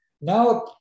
now